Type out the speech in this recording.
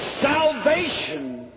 salvation